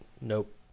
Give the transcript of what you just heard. Nope